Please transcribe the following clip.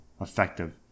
effective